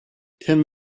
ten